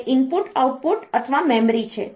તે input output અથવા memory છે